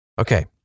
Okay